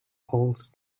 polls